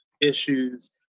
issues